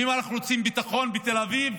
ואם אנחנו רוצים ביטחון בתל אביב,